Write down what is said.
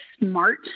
SMART